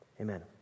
amen